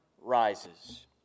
rises